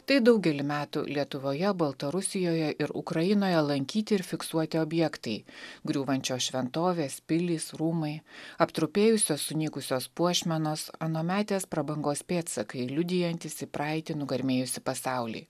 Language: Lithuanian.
tai daugelį metų lietuvoje baltarusijoje ir ukrainoje lankyti ir fiksuoti objektai griūvančios šventovės pilys rūmai aptrupėjusios sunykusios puošmenos anuometės prabangos pėdsakai liudijantys į praeitį nugarmėjusį pasaulį